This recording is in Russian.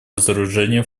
разоружению